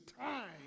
time